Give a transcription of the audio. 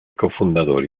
cofundador